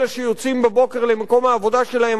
אלה שיוצאים בבוקר למקום העבודה שלהם